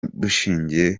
dushingiye